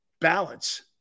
Balance